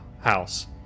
house